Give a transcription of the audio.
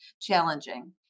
challenging